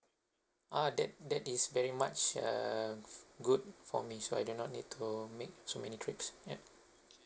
ah that that is very much err good for me so I do not need to make so many trips yup